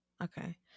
Okay